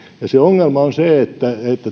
trace ongelma on se että